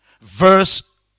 Verse